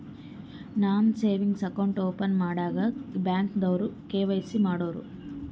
ನಾ savings account open ಮಾಡಾಗ್ ಬ್ಯಾಂಕ್ದವ್ರು ಕೆ.ವೈ.ಸಿ ಮಾಡೂರು